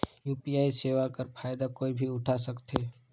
UPI सेवा कर फायदा कोई भी उठा सकथे?